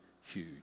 huge